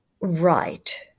right